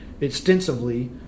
extensively